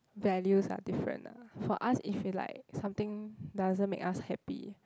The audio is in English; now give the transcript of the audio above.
values are different ah for us if you like something doesn't make us happy